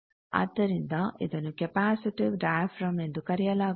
ಆದ್ದರಿಂದ ಇದನ್ನು capacitive diaphragm ಎಂದು ಕರೆಯಲಾಗುತ್ತದೆ